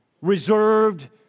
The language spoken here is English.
reserved